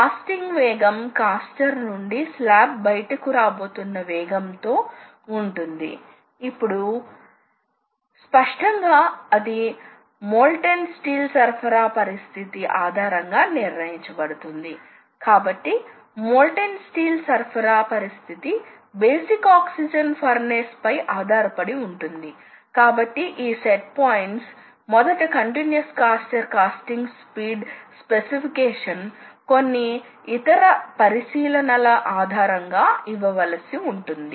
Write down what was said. కాబట్టి సమయాన్ని తగ్గించడం వల్ల ఉత్పాదకత చాలా మెరుగుపడుతుంది స్వయంచాలక సాధనం మార్చడం ఇది మళ్లీ సెటప్ సమయాన్ని తగ్గిస్తుంది నా ఉద్దేశ్యం ఉత్పాదకత లేని సమయం కొన్నిసార్లు ఈ యంత్రాల లో కొన్ని స్వాభావిక మెటీరియల్ హ్యాండ్లింగ్ ను కలిగి ఉంటాయి కాబట్టి మీరు ఒక సాధనాన్ని మార్చాలనుకుంటేయంత్రం యంత్రాన్ని ఆపివేస్తుంది సాధనాన్ని బయటకు తీసి టూల్ మ్యాగజైన్ లో ఉంచుతుంది